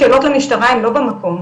השאלות למשטרה הן לא במקום,